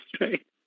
right